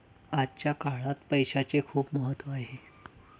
आजच्या काळात पैसाचे खूप महत्त्व आहे